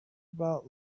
about